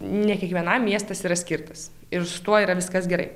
ne kiekvienam miestas yra skirtas ir su tuo yra viskas gerai